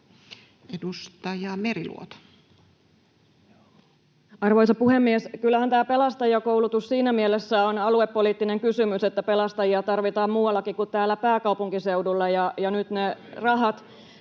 Content: Arvoisa puhemies! Kyllähän tämä pelastajakoulutus siinä mielessä on aluepoliittinen kysymys, että pelastajia tarvitaan muuallakin kuin täällä pääkaupunkiseudulla [Välihuutoja